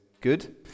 good